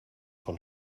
von